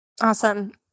Awesome